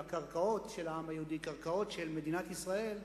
והקרקעות של העם היהודי, קרקעות של מדינת ישראל,